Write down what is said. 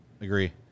agree